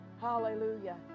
Hallelujah